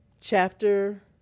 chapter